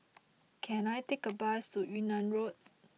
can I take a bus to Yunnan Road